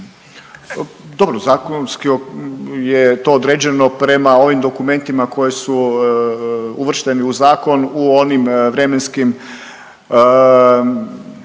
Dobro, zakonski je to određeno prema ovim dokumentima koji su uvršteni u zakon u onim vremenskim